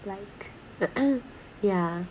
like yeah